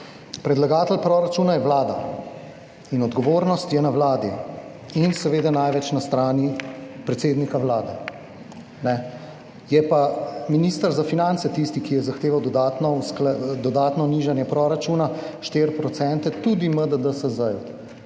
Predlagatelj proračuna je Vlada in odgovornost je na Vladi, seveda največ na strani predsednika Vlade. Je pa minister za finance tisti, ki je zahteval dodatno nižanje proračuna, 4 %, tudi MDDSZ.